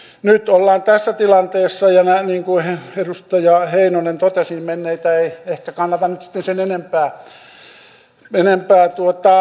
nyt ollaan tässä tilanteessa ja niin kuin edustaja heinonen totesi menneitä ei ehkä kannata nyt sitten sen enempää